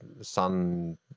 Sun